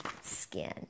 skin